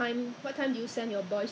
so ya lah